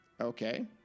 okay